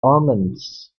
omens